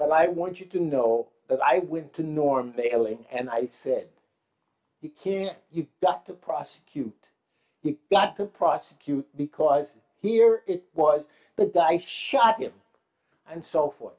but i want you to know that i went to norm bailey and i said you can't you've got to prosecute he got to prosecute because here it was the dice shot him and so for th